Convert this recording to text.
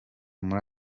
muri